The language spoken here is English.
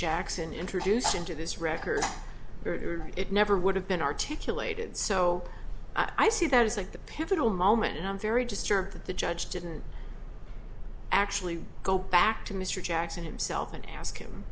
jackson introduced into this record it never would have been articulated so i see that as like the pivotal moment and i'm very disturbed that the judge didn't actually go back to mr jackson himself and ask him